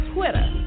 Twitter